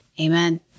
Amen